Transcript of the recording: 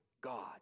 God